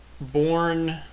born